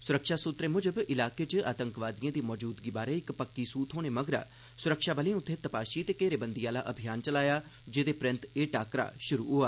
सुरक्षा सुत्तरें मुजब इलाके च आतंकवादिए दी मौजूदगी बारै इक टकोह्दी सूह् थ्होने मगरा सुरक्षाबलें उत्थें तपाशी ते घेरेबंदी आह्ला अभियान चलाया जेह्दे परैन्त एह् टाक्करा शुरु होआ